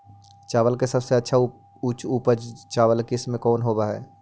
चावल के सबसे अच्छा उच्च उपज चावल किस्म कौन होव हई?